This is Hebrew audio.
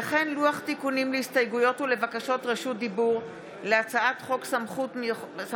וכן לוח תיקונים להסתייגויות ולבקשות רשות דיבור להצעת חוק סמכויות